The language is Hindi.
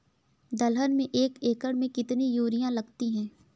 दलहन में एक एकण में कितनी यूरिया लगती है?